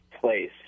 place